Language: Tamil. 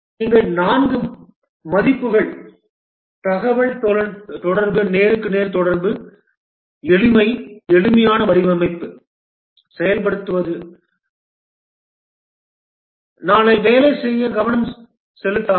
இங்கே நான்கு மதிப்புகள் தகவல்தொடர்பு நேருக்கு நேர் தொடர்பு எளிமை எளிமையான வடிவமைப்பை செயல்படுத்துவது நாளை வேலை செய்ய கவனம் செலுத்தாது